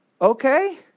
Okay